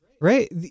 Right